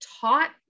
taught